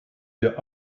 wir